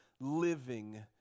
living